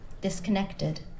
disconnected